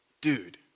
dude